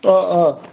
অঁ অঁ